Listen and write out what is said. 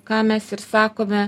ką mes ir sakome